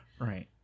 right